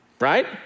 right